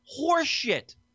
horseshit